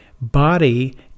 body